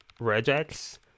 regex